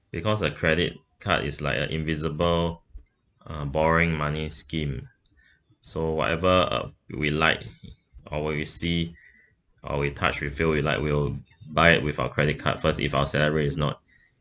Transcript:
because a credit card is like a invisible uh borrowing money scheme so whatever uh we like or what you see or we touch we feel you like we'll buy it with our credit card first if our salary is not